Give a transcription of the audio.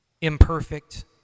imperfect